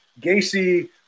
Gacy